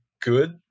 good